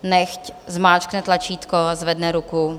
Nechť zmáčkne tlačítko a zvedne ruku.